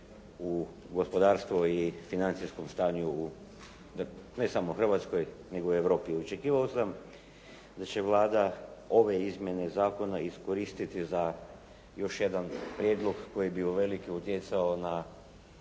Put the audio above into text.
u gospodarstvu i financijskom stanju u, ne samo Hrvatskoj nego u Europi. Očekivao sam da će Vlada ove izmjene zakona iskoristiti za još jedan prijedlog koji bi uvelike utjecao na